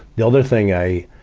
the other thing i,